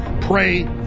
pray